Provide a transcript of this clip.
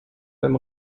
beim